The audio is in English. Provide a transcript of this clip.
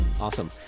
Awesome